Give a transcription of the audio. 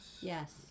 Yes